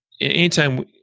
anytime